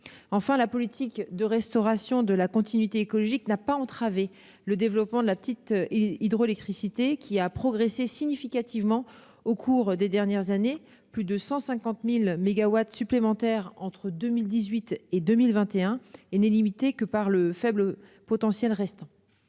Enfin, la politique de restauration de la continuité écologique n'a pas entravé le développement de la petite hydroélectricité, qui a progressé significativement au cours des dernières années- plus de 150 000 mégawatts supplémentaires entre 2018 et 2021 -et n'est limitée que par le faible potentiel restant.